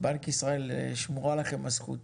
בנק ישראל, שמורה לכם הזכות.